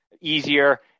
easier